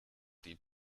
die